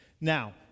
Now